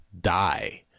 die